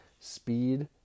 speed